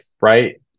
right